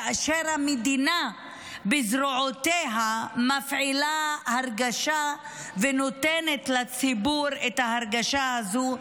כאשר המדינה בזרועותיה מפעילה הרגשה ונותנת לציבור את ההרגשה הזו.